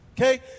okay